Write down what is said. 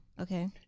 okay